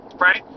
Right